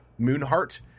Moonheart